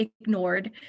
ignored